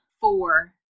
four